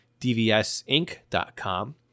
dvsinc.com